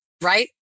Right